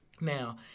Now